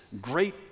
great